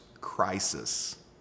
crisis